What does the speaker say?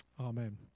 Amen